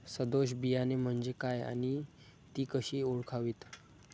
सदोष बियाणे म्हणजे काय आणि ती कशी ओळखावीत?